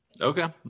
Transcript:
okay